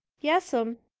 yes'm.